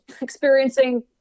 experiencing